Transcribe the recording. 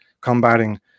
combating